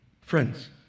Friends